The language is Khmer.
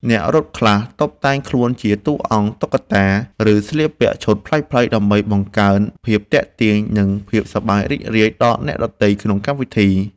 អ្នករត់ខ្លះតុបតែងខ្លួនជាតួអង្គតុក្កតា ឬស្លៀកពាក់ឈុតប្លែកៗ ដើម្បីបង្កើនភាពទាក់ទាញ និងភាពសប្បាយរីករាយដល់អ្នកដទៃក្នុងកម្មវិធី។